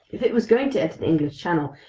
it was going to enter the english channel,